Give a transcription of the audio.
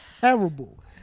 terrible